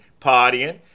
partying